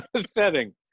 setting